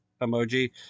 emoji